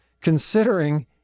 considering